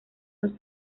los